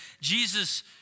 Jesus